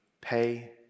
Pay